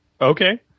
Okay